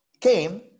came